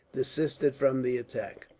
desisted from the attack.